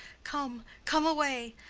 come, come away.